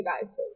guy's